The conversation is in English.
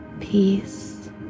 peace